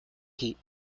heat